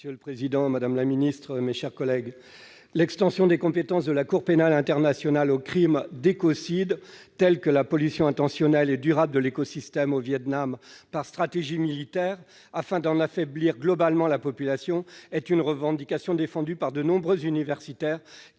Monsieur le président, madame la secrétaire d'État, mes chers collègues, l'extension des compétences de la Cour pénale internationale au crime d'écocide, tel que la pollution intentionnelle et durable de l'écosystème au Vietnam, par stratégie militaire, afin d'en affaiblir l'ensemble de la population, est une revendication défendue par de nombreux universitaires